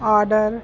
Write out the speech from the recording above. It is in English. order